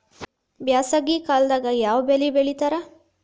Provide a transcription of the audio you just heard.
ಬ್ಯಾಸಗಿ ಕಾಲದಾಗ ಯಾವ ಬೆಳಿ ಬೆಳಿತಾರ?